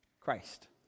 Christ